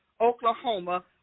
Oklahoma